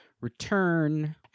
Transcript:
return